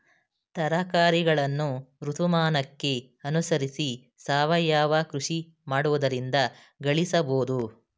ತರಕಾರಿಗಳನ್ನು ಋತುಮಾನಕ್ಕೆ ಅನುಸರಿಸಿ ಸಾವಯವ ಕೃಷಿ ಮಾಡುವುದರಿಂದ ಗಳಿಸಬೋದು